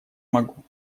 могу